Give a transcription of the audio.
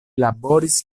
laboris